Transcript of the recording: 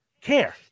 Care